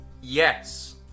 Yes